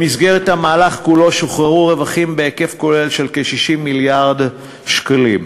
במסגרת המהלך כולו שוחררו רווחים בהיקף כולל של כ-60 מיליארד שקלים.